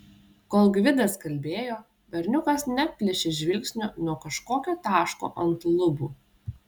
kol gvidas kalbėjo berniukas neatplėšė žvilgsnio nuo kažkokio taško ant lubų